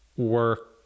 ...work